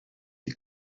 s’y